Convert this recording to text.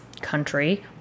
country